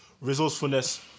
resourcefulness